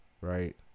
Right